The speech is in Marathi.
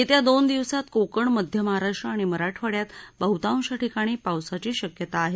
येत्या दोन दिवसात कोकण मध्य महाराष्ट्र आणि मराठवाड्यात बहतांश ठिकाणी पावसाची शक्यता आहे